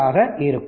ஆக இருக்கும்